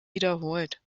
wiederholt